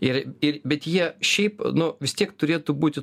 ir ir bet jie šiaip nu vis tiek turėtų būti